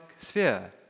sphere